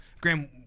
Graham